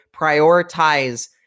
prioritize